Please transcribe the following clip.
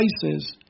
places